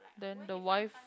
then the wife